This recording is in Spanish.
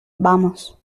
vamos